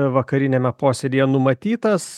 vakariniame posėdyje numatytas